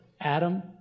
Adam